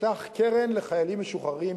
פתח קרן לחיילים משוחררים,